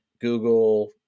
Google